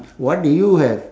what do you have